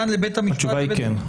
התשובה היא כן.